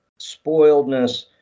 spoiledness